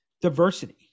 diversity